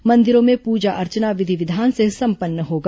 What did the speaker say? मंदिरों में पूजा अर्चना विधि विधान से संपन्न होगा